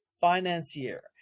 financier